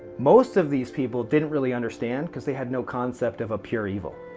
most of these people didn't really understand because they had no concept of a pure evil.